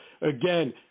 Again